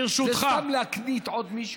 זה סתם להקניט עוד מישהו.